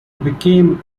became